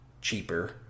cheaper